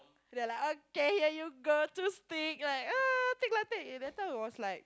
then like okay here you go two stick like take lah take that time was like